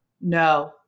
no